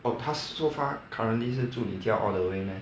oh 她是 so far currently 是住你家 all the way meh